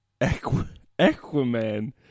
Aquaman